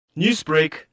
Newsbreak